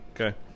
Okay